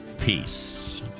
peace